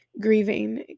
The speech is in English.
grieving